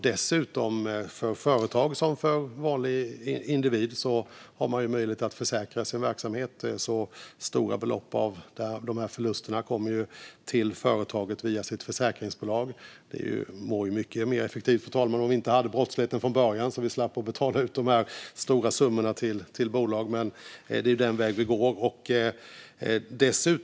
Dessutom har såväl företag som vanliga individer möjlighet att försäkra sin verksamhet. Stora belopp i samband med dessa förluster kommer alltså till företaget via dess försäkringsbolag. Det vore förstås mycket mer effektivt, fru talman, om vi inte hade brottsligheten från början så att vi slapp betala ut dessa stora summor till företag, men det är den väg vi går.